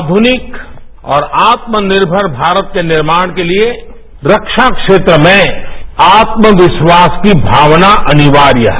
आधुनिक और आत्मनिर्मरनिर्माण के लिए रक्षा क्षेत्र में आत्मविश्वास की भावना अनिवार्य है